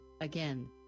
again